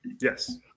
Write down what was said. Yes